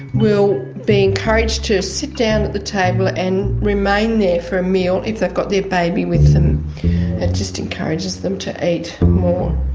will be encouraged to sit down at the table and remain there for a meal if they've got their baby with them. it just encourages them to eat more.